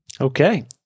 Okay